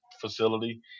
facility